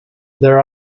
there